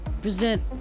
present